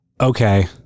Okay